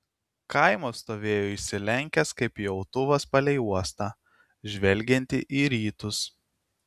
kaimas stovėjo išsilenkęs kaip pjautuvas palei uostą žvelgiantį į rytus